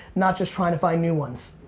not just trying to find new ones.